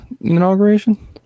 inauguration